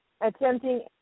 attempting